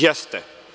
Jeste.